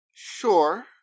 Sure